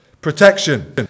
Protection